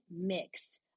mix